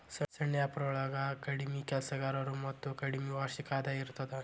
ಸಣ್ಣ ವ್ಯಾಪಾರೊಳಗ ಕಡ್ಮಿ ಕೆಲಸಗಾರರು ಮತ್ತ ಕಡ್ಮಿ ವಾರ್ಷಿಕ ಆದಾಯ ಇರತ್ತ